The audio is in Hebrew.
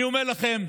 אני אומר לכם,